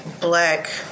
black